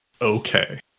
Okay